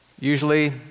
usually